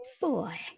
boy